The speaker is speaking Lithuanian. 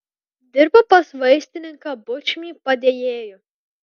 dirbo pas vaistininką bučmį padėjėju